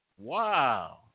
Wow